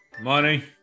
Money